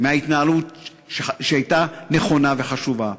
מהתנהלות שהייתה נכונה וחשובה.